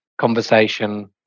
conversation